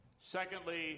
Secondly